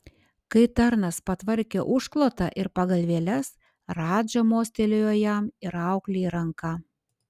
kai tarnas patvarkė užklotą ir pagalvėles radža mostelėjo jam ir auklei ranka